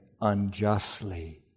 unjustly